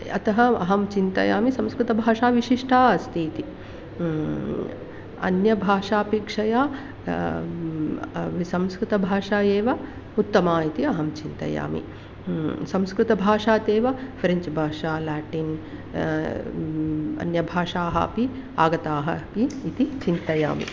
अतः अहं चिन्तयामि संस्कृतभाषा विशिष्टा अस्ति इति अन्यभाषापेक्षया संस्कृतभाषा एव उत्तमा इति अहं चिन्तयामि संस्कृतभाषात् एव फ़्रेन्च् भाषा ल्याटिन् अन्यभाषाः अपि आगताः अपि इति चिन्तयामि